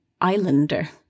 islander